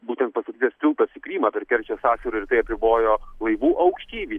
būtent pastatytas tiltas į krymą per kerčės sąsiaurį ir tai apribojo laivų aukštį